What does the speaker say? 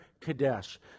Kadesh